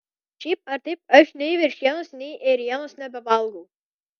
šiaip ar taip aš nei veršienos nei ėrienos nebevalgau